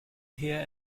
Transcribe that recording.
here